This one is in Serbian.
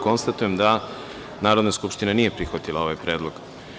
Konstatujem da Narodna skupština nije prihvatila ovaj predlog.